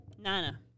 Nana